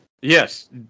Yes